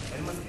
2. אם כן,